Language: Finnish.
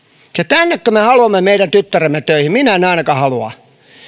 tännekö me haluamme meidän tyttäremme töihin minä en ainakaan halua